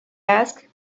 asked